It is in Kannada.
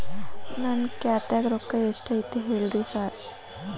ನನ್ ಖಾತ್ಯಾಗ ರೊಕ್ಕಾ ಎಷ್ಟ್ ಐತಿ ಹೇಳ್ರಿ ಸಾರ್?